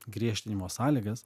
griežtinimo sąlygas